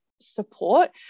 support